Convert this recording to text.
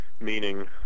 meaning